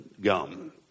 gum